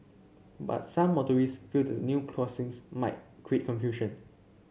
but some motorist felt the new crossings might create confusion